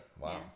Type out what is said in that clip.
Wow